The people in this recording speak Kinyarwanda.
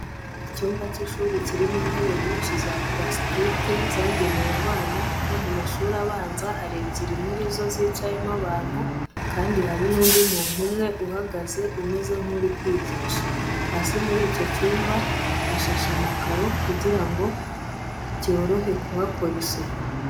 Icyumba cy’ishuri kirimo intebe nyinshi za purasitike zagenewe abana bo mu mashuri abanza, hari ebyiri muri zo zicayemo abantu kandi hari n’undi muntu umwe uhagaze umeze nk’uri kwigisha. Hasi muri icyo cyumba hashashe amakaro kugira ngo byorohe kuhakora isuku.